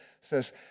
says